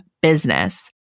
business